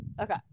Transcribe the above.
Okay